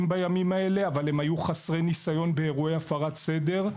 בימים האלה אבל הם היו חסרי ניסיון באירועי הפרת סדר,